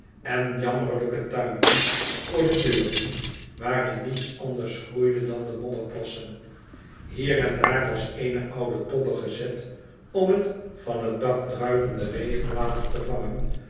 en jammerlijke tuintjes voor de deuren waarin niets anders groeide dan de modderplassen hielen daar was eene oude tobbe gezet om het van het dak druipende regenwater te vangen